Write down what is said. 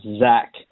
Zach